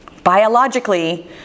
Biologically